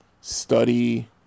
study